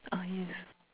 uh yes